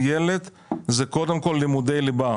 זה קודם כל לימודי ליבה.